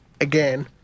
again